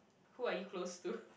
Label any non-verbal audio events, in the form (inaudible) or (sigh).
who are you close to (laughs)